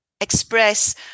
express